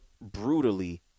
brutally